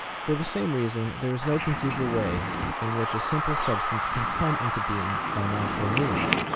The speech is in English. for the same reason there is no conceivable way in which a simple substance can come into being by natural means,